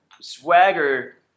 Swagger